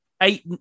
eight